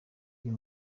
uyu